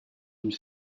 une